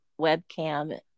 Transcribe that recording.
webcam